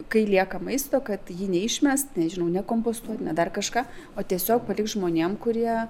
kai lieka maisto kad jį neišmest nežinau nekompostuot ne dar kažką o tiesiog palikt žmonėm kurie